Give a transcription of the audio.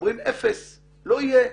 אומרים אפס, לא יהיה.